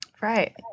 Right